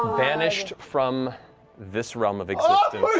banished from this realm of existence.